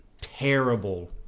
terrible